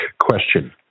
question